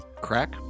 Crack